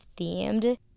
themed